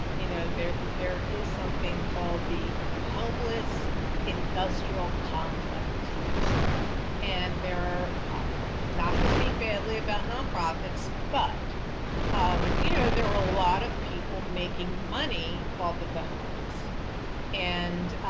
you know, there there is something called the homeless industrial complex and they're not to speak badly about nonprofits, but um you know there are a lot of people making money off of the homeless and